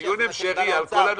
מה שאמר האוצר,